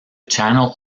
channel